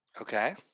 Okay